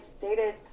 dated